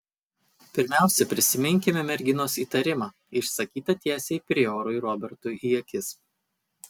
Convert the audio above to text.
pirmiausia prisiminkime merginos įtarimą išsakytą tiesiai priorui robertui į akis